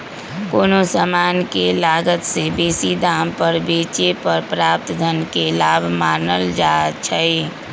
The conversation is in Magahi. कोनो समान के लागत से बेशी दाम पर बेचे पर प्राप्त धन के लाभ मानल जाइ छइ